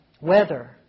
weather